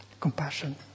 compassion